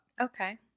okay